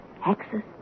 hexes